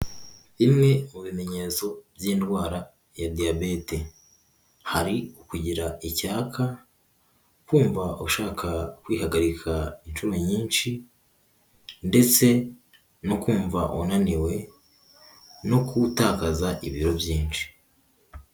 Bimwe mu bimenyetso by'indwara ya Diyabete, hari ukugira icyaka, kumva ushaka kwihagarika inshuro nyinshi ndetse no kumva unaniwe no gutakaza ibiro byinshi.